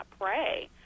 pray